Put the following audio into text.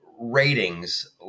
ratings